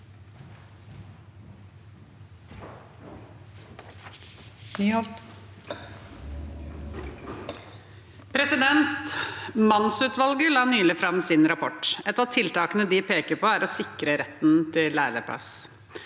Mannsutvalget la nylig fram sin rapport. Et av tiltakene de peker på, er å sikre retten til læreplass.